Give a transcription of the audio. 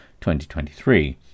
2023